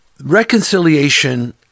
Reconciliation